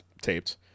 taped